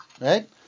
Right